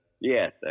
Yes